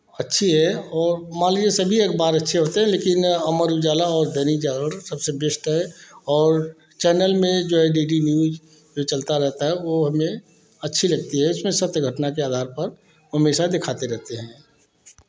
अच्छी है और माल लीजिये सभी अखबार अच्छे होते हैं लेकिन अमर उजाला और दैनिक जागरण सबसे बेस्ट है और चैनल में जो डी डी न्यूज़ चलता रहता है वो हमें अच्छी लगती है इसमें सत्य घटना के आधार पर हमेशा दिखाते रहते हैं